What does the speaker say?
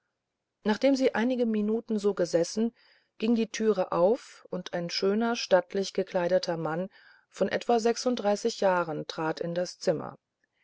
nachdem sie einige minuten so gesessen ging die türe auf und ein schöner stattlich gekleideter mann von etwa sechsunddreißig jahren trat in das zimmer